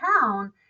town